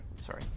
Sorry